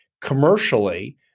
Commercially